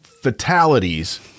fatalities